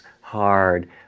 hard